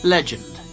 Legend